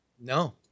no